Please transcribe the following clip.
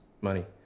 money